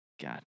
God